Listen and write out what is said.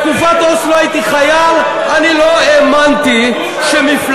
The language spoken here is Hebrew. בתקופת אוסלו הייתי חייל, אני לא האמנתי שמפלגה,